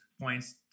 points